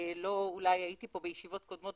אולי לא הייתי פה בהכרח בישיבות קודמות,